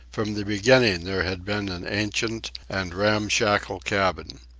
from the beginning there had been an ancient and ramshackle cabin.